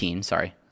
sorry